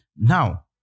Now